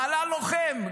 בעלה לוחם,